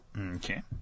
Okay